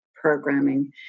programming